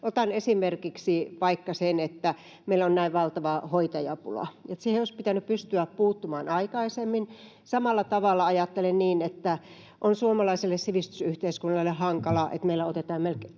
Otan esimerkiksi vaikka sen, että meillä on näin valtava hoitajapula. Siihen olisi pitänyt pystyä puuttumaan aikaisemmin. Samalla tavalla ajattelen niin, että on suomalaiselle sivistysyhteiskunnalle hankalaa, että meillä on melkein